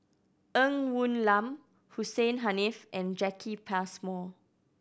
Ng Woon Lam Hussein Haniff and Jacki Passmore